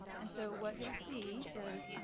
and so what you'll see is